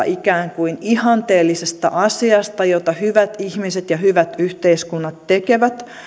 ikään kuin ihanteellisesta asiasta jota hyvät ihmiset ja hyvät yhteiskunnat tekevät